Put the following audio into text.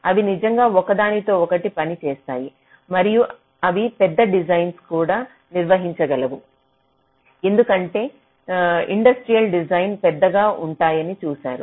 అవి నిజంగా ఒకదానితో ఒకటి పని చేస్తాయి మరియు అవి పెద్ద డిజైన్లను కూడా నిర్వహించగలవు ఎందుకంటే ఇండస్ట్రియల్ డిజైన్ పెద్దగా ఉంటాయని చూశారు